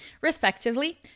respectively